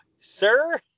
sir